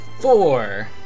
Four